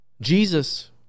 Jesus